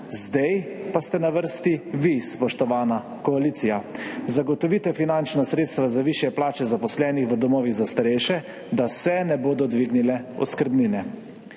Zdaj pa ste na vrsti vi, spoštovana koalicija. Zagotovite finančna sredstva za višje plače zaposlenih v domovih za starejše, da se ne bodo dvignile oskrbnine.